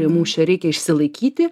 mūšį reikia išsilaikyti